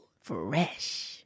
Fresh